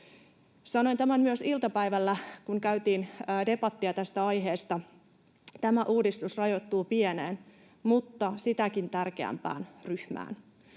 Sanoin tämän myös iltapäivällä, kun käytiin debattia tästä aiheesta: tämä uudistus rajoittuu pieneen mutta sitäkin tärkeämpään ryhmään.